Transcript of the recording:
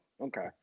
Okay